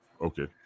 Okay